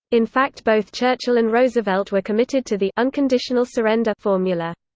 in fact both churchill and roosevelt were committed to the unconditional surrender formula.